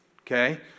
okay